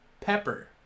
Pepper